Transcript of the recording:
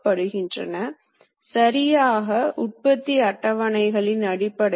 பொதுவாக பந்து திருகு சிறந்த துல்லியத்தை மற்றும் வழிகாட்டும் வழிகளை அளிக்கிறது